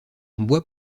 bois